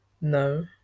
no